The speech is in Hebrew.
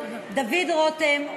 דוד רותם,